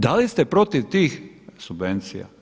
Da li ste protiv tih subvencija?